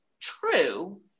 true